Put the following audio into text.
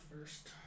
first